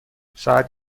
ساعت